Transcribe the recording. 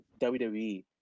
WWE